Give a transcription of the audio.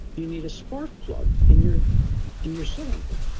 you need a spark plug in your in your cylinder.